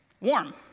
Warm